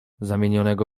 zamienionego